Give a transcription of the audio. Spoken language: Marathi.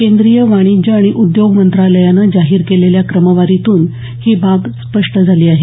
केंद्रीय वाणिज्य आणि उद्योग मंत्रालयानं जाहीर केलेल्या क्रमवारीतून ही बाब स्पष्ट झाली आहे